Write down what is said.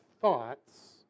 thoughts